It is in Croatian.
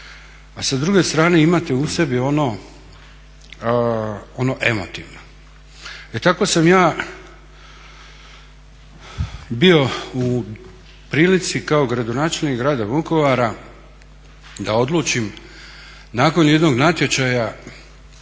a sa druge strane imate u sebi ono emotivno. E tako sam ja bio u prilici kao gradonačelnik grada Vukovara da odlučim nakon jednog natječaja